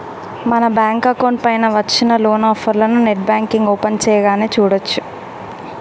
మన bank account పైన వచ్చిన లోన్ ఆఫర్లను నెట్ బ్యాంకింగ్ ఓపెన్ చేయగానే చూడచ్చు